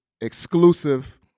exclusive